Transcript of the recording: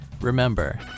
Remember